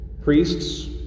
Priests